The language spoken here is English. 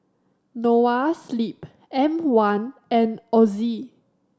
Noa Sleep M One and Ozi